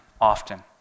often